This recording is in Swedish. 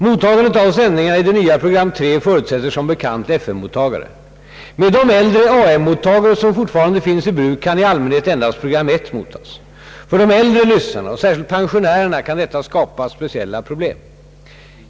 Mottagandet av sändningarna i det nya program 3 förutsätter som bekant FM mottagare, Med de äldre AM-mottagare som fortfarande finns i bruk kan i allmänhet endast program 1 mottas. För de äldre lyssnarna och särskilt pensionärerna kan detta skapa speciella problem.